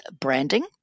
branding